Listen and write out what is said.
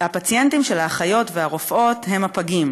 הפציינטים של האחיות והרופאות הם הפגים,